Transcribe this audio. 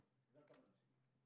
זו הכוונה שלי.